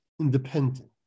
independent